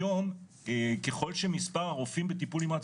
היום ככל שמספר הרופאים בטיפול נמרץ